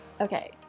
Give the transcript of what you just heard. Okay